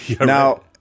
Now